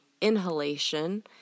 inhalation